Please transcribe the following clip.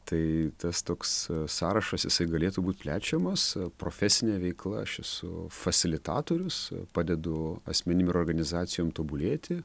tai tas toks sąrašas jisai galėtų būt plečiamas profesine veikla aš esu fasilitatorius padedu asmenim organizacijom tobulėti